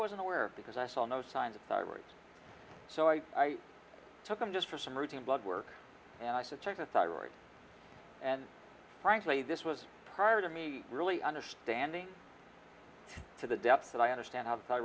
wasn't aware of because i saw no signs of salaries so i took him just for some routine blood work and i said check the thyroid and frankly this was prior to me really understanding to the depths that i understand how th